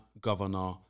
Governor